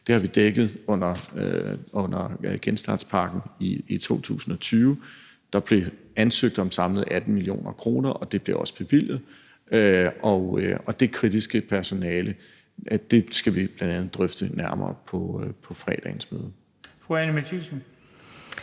Det har vi dækket under genstartspakken i 2020. Der blev ansøgt om samlet 18 mio. kr., og det blev også bevilget, og dét kritiske personale skal vi drøfte nærmere på fredagens møde. Kl. 16:27 Den